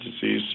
disease